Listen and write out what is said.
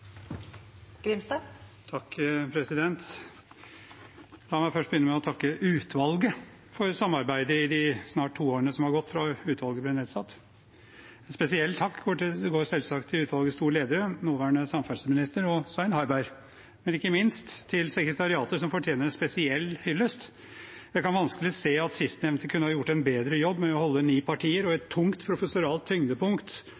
samarbeidet i de snart to årene som har gått fra utvalget ble nedsatt. En spesiell takk går selvsagt til utvalgets to ledere, nåværende samferdselsminister og Svein Harberg, og ikke minst til sekretariatet, som fortjener en spesiell hyllest. Jeg kan vanskelig se at sistnevnte kunne ha gjort en bedre jobb med å holde ni partier og